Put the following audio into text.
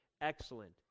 excellent